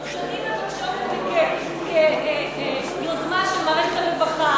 אנחנו שנים מבקשות את זה כיוזמה של מערכת הרווחה,